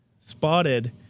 spotted